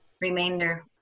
remainder